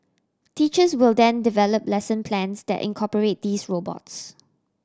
teachers will then develop lesson plans that incorporate these robots